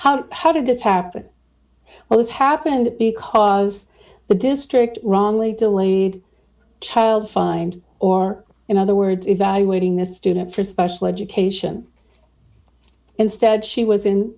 how how did this happen well this happened because the district wrongly delayed child find or in other words evaluating the student for special education instead she was in